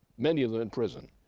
many of them in prison.